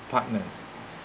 partners